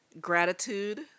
gratitude